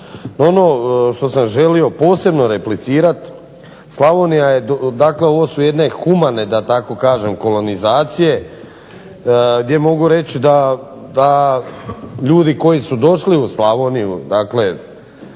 Ono što sam želio posebno replicirati, Slavonija je, dakle ovo su jedne humane da tako kažem kolonizacije gdje mogu reći da ljudi koji su došli u Slavoniju dakle